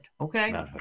okay